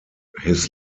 his